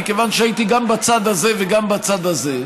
מכיוון שהייתי גם בצד הזה וגם בצד הזה,